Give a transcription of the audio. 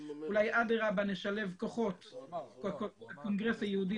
אולי אדרבא נשלב כוחות בין הקונגרס היהודי